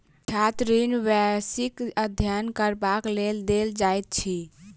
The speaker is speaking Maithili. छात्र ऋण व्यवसायिक अध्ययन करबाक लेल देल जाइत अछि